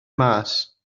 mas